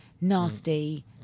nasty